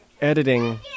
editing